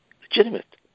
legitimate